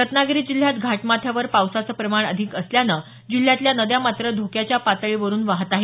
रत्नागिरी जिल्ह्यात घाटमाथ्यावर पावसाचं प्रमाण अधिक असल्यानं जिल्ह्यातल्या नद्या मात्र धोक्याच्या पातळीवरून वाहत आहेत